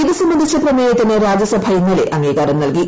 ഇത് സംബന്ധിച്ച പ്രമേയത്തിന് രാജ്യസഭ ഇന്നലെ അംഗീകാരം നൽകി